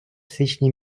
січні